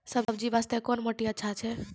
सब्जी बास्ते कोन माटी अचछा छै?